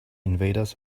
invaders